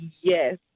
yes